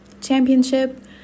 Championship